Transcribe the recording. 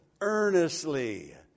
earnestly